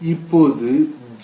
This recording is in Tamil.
இப்போது ஜி